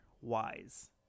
wise